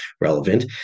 relevant